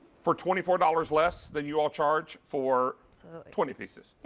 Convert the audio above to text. for twenty four dollars last annual charge for twenty pieces.